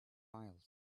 miles